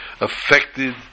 affected